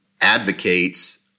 advocates